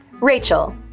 Rachel